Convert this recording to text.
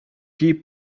keep